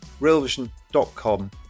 realvision.com